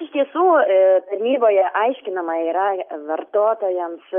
iš tiesų tarnyboje aiškinama yra vartotojams